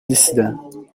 décidant